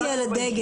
אני שאלתי על הדגל,